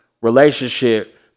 relationship